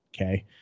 Okay